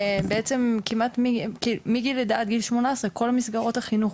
בעצם מגיל לידה עד גיל 18, כל מסגרות החינוך.